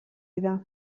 dira